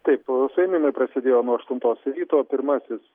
taip suėmimai prasidėjo nuo aštuntos ryto pirmasis